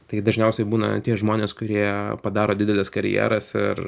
tai dažniausiai būna tie žmonės kurie padaro dideles karjeras ir